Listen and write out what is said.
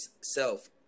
self